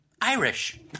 Irish